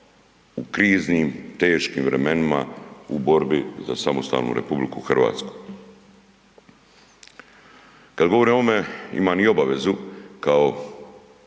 u kriznim, teškim vremenima u borbi za samostalnu Republiku Hrvatsku. Kad govorim o ovome imam obavezu kao